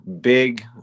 big